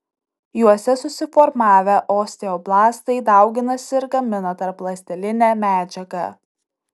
juose susiformavę osteoblastai dauginasi ir gamina tarpląstelinę medžiagą